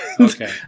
okay